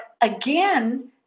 again